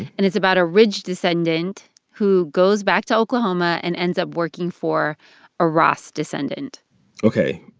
and it's about a ridge descendant who goes back to oklahoma and ends up working for a ross descendant ok.